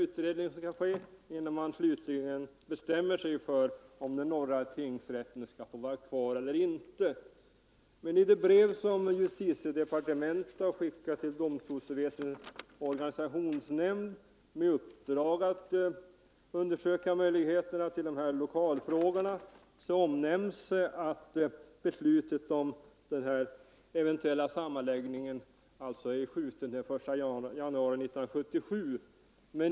flyttningen av utredning som skall göras innan man slutligen bestämmer sig för om vissa målenheter norra tingsrätten skall få vara kvar eller inte, men i ett brev som jus — vid Uppsala läns titiedepartementet har skickat till domstolsväsendets organisations = norra tingsrätt nämnd med uppdrag att undersöka dessa lokalfrågor omnämns endast I januari 1977.